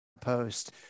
post